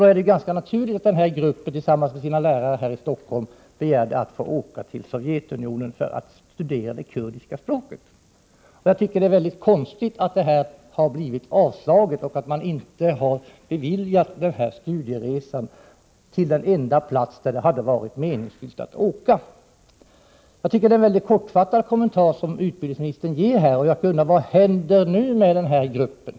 Det är således ganska naturligt att denna grupp kurder tillsammans med sina lärare här i Stockholm begärde att få åka till Sovjetunionen för att studera det kurdiska språket. Jag tycker att det är väldigt konstigt att deras begäran avslagits och att man inte har beviljat studieresan i fråga till den enda plats dit det hade varit meningsfullt att åka. Jag tycker att utbildningsministern kommenterar detta mycket kortfattat. Jag frågar därför: Vad händer nu med den här gruppen?